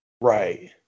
Right